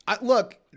look